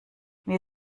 wir